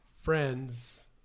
friends